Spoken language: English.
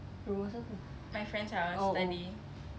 rumah siapa oh oh